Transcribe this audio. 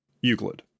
Euclid